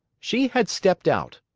she had stepped out.